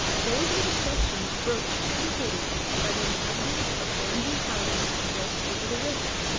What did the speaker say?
those were the questions broached eagerly by the inhabitants of bamboo houses built over the river.